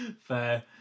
Fair